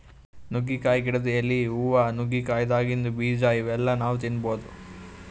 ನುಗ್ಗಿಕಾಯಿ ಗಿಡದ್ ಎಲಿ, ಹೂವಾ, ನುಗ್ಗಿಕಾಯಿದಾಗಿಂದ್ ಬೀಜಾ ಇವೆಲ್ಲಾ ನಾವ್ ತಿನ್ಬಹುದ್